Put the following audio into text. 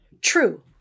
True